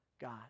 God